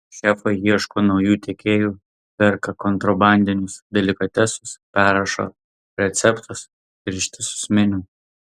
šefai ieško naujų tiekėjų perka kontrabandinius delikatesus perrašo receptus ir ištisus meniu